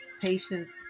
Patience